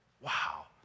Wow